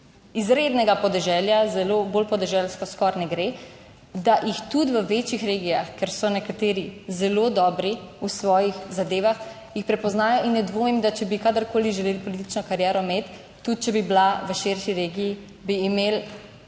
izrednega podeželja, zelo bolj podeželsko skoraj ne gre, da jih tudi v večjih regijah, ker so nekateri zelo dobri v svojih zadevah, jih prepoznajo. In ne dvomim, da če bi kadarkoli želeli politično kariero imeti, tudi če bi bila v širši regiji, bi imeli